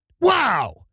Wow